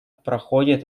проходит